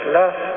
love